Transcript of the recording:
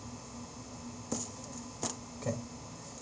can